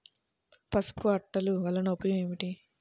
పసుపు అట్టలు వలన ఉపయోగం ఏమిటి?